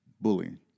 bullying